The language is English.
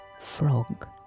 Frog